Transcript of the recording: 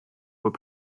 were